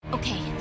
Okay